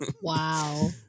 Wow